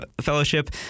Fellowship